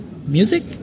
Music